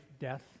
death